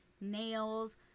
nails